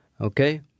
Okay